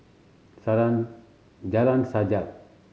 Jalan Sajak